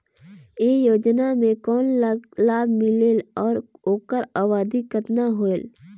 ये योजना मे कोन ला लाभ मिलेल और ओकर अवधी कतना होएल